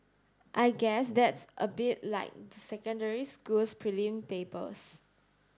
I guess that's a bit like the secondary school's prelim papers